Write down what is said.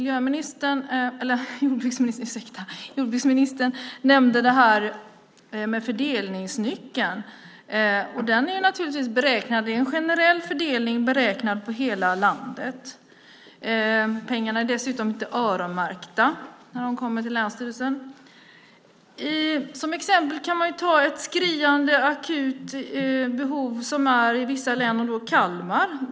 Jordbruksministern nämnde fördelningsnyckeln, och det är en generell fördelning beräknad för hela landet. Pengarna är dessutom inte öronmärkta när de kommer till länsstyrelsen. Som exempel kan man ta ett skriande akut behov i vissa län, som Kalmar.